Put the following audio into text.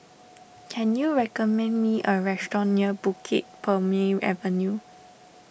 can you recommend me a restaurant near Bukit Purmei Avenue